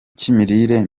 cy’imirire